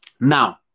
Now